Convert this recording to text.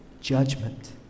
judgment